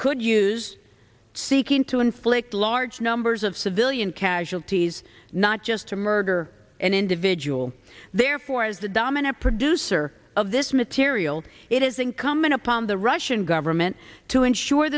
could use seeking to inflict large numbers of civilian casualties not just to murder an individual therefore as the dominant producer of this material it is incumbent upon the russian government to ensure